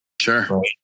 Sure